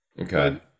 Okay